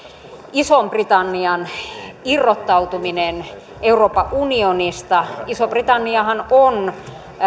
ison britannian irrottautuminen euroopan unionista iso britanniahan on